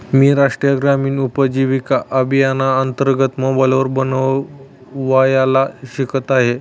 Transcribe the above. मी राष्ट्रीय ग्रामीण उपजीविका अभियानांतर्गत मोबाईल बनवायला शिकत आहे